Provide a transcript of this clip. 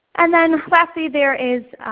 and then lastly there is